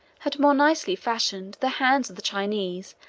had more nicely fashioned the hands of the chinese,